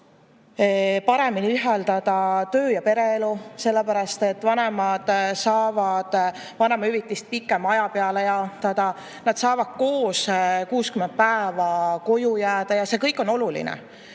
paremini ühildada töö- ja pereelu, sellepärast et vanemad saavad vanemahüvitist pikema aja peale jaotada ja nad saavad koos 60 päeva koju jääda. See kõik on oluline.